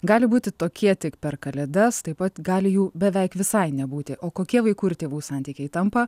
gali būti tokie tik per kalėdas taip pat gali jų beveik visai nebūti o kokie vaikų ir tėvų santykiai tampa